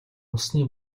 усны